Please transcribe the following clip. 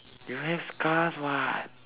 you will have scars what